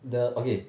the okay